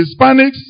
Hispanics